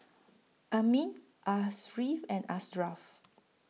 Amrin Ariff and Ashraf